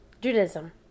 judaism